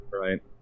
Right